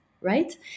right